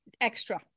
extra